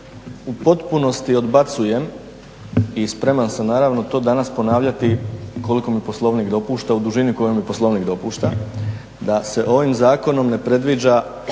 u potpunosti odbacujem i spreman sam naravno to danas ponavljati koliko mi to Poslovnik dopušta u dužini koju mi Poslovnik dopušta, da se ovim zakonom ne predviđa